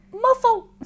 Muffle